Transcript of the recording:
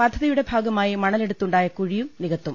പദ്ധതിയുടെ ഭാഗമായി മണലെടുത്തുണ്ടായ കുഴിയും നികത്തും